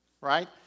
right